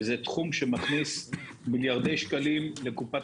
וזה תחום שמכניס מיליארדי שקלים לקופת